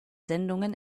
sendungen